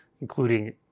including